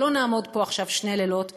ולא נעמוד פה עכשיו שני לילות ונדבר,